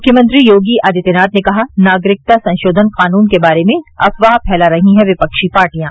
मुख्यमंत्री योगी आदित्यनाथ ने कहा नागरिकता संशोधन कानून के बारे में अफवाह फैला रही हैं विपक्षी पार्टियां